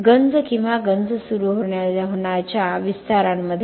गंज किंवा गंज सुरू होण्याच्या विस्तारामध्ये